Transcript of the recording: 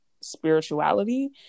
spirituality